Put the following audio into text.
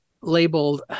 labeled